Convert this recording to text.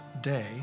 day